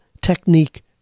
technique